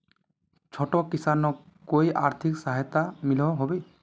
छोटो किसानोक कोई आर्थिक सहायता मिलोहो होबे?